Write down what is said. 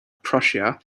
prussia